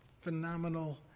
phenomenal